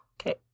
Okay